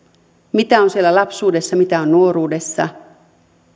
mitä on siellä lapsuudessa mitä on nuoruudessa